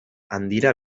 handira